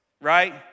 right